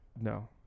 No